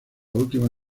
última